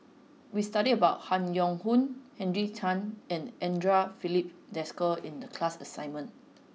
we studied about Han Yong Hong Henry Tan and Andre Filipe Desker in the class assignment